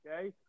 okay